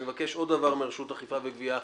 אני מבקש עוד דבר מרשות האכיפה והגבייה,